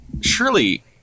surely